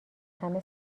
همه